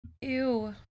Ew